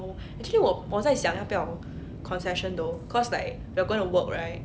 我 actually 我在想要不要 concession though cause like we're going to work right